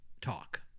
talk